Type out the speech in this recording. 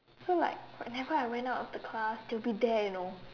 so like whenever I went of the class they'll be there you know